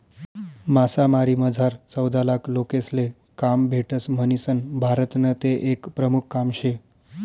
मासामारीमझार चौदालाख लोकेसले काम भेटस म्हणीसन भारतनं ते एक प्रमुख काम शे